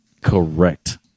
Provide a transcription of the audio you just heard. Correct